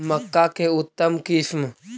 मक्का के उतम किस्म?